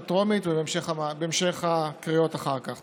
בטרומית ובהמשך הקריאות אחר כך.